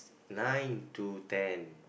nine to ten